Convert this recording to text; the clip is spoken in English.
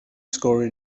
score